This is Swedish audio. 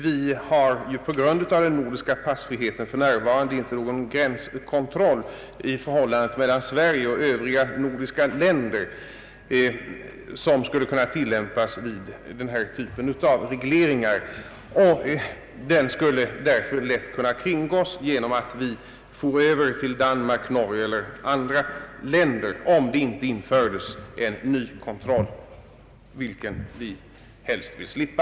Vi har ju på grund av den nordiska passfriheten för närvarande inte någon gränskontroll mellan Sverige och övriga nordiska länder som skulle kunna begagnas vid denna typ av reglering. Ett förbud skulle därför lätt kunna kringgås genom att svenskar for över till Danmark, Norge eller andra länder, om inte en ny kontroll infördes, vilket vi helst vill slippa.